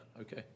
Okay